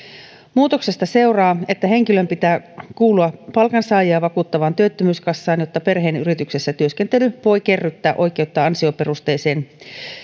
muutoksesta seuraa että henkilön pitää kuulua palkansaajia vakuuttavaan työttömyyskassaan jotta perheen yrityksessä työskentely voi kerryttää oikeutta ansioperusteiseen